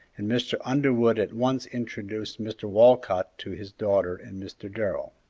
and mr. underwood at once introduced mr. walcott to his daughter and mr. darrell.